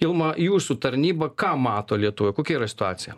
ilma jūsų tarnyba ką mato lietuvoj kokia yra situacija